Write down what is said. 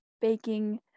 Baking